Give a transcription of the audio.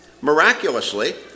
miraculously